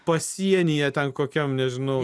pasienyje ten kokiam nežinau